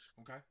Okay